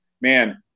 man